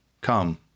Come